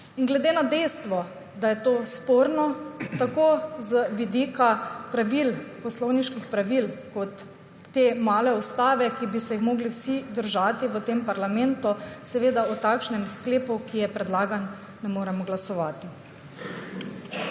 Glede na dejstvo, da je to sporno tako z vidika poslovniških pravil kot te male ustave, ki bi se je morali držati vsi v tem parlamentu, seveda o sklepu, ki je predlagan, ne moremo glasovati.